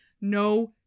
No